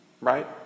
right